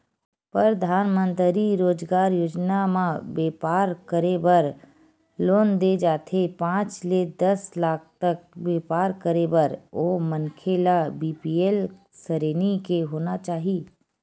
परधानमंतरी रोजगार योजना म बेपार करे बर लोन दे जाथे पांच ले दस लाख तक बेपार करे बर ओ मनखे ल बीपीएल सरेनी के होना चाही